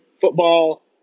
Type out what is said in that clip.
football